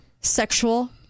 sexual